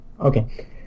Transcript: Okay